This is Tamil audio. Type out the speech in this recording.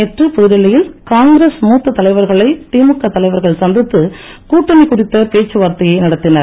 நேற்று புதுடெல்லியில் காங்கிரஸ் மூத்த தலைவர்களை திமுக தலைவர்கள் சந்தித்து கூட்டணி குறித்த பேச்சுவார்த்தையை நடத்தினர்